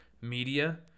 media